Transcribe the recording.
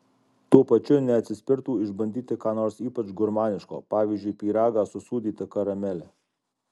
tuo pačiu neatsispirtų išbandyti ką nors ypač gurmaniško pavyzdžiui pyragą su sūdyta karamele